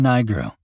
Nigro